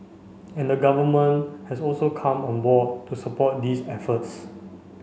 and the Government has also come on board to support these efforts